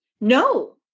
No